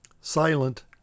Silent